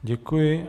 Děkuji.